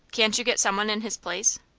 can't you get some one in his place?